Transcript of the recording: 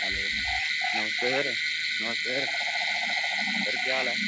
hello नमस्ते sir नमस्ते sir sir के हाल ऐ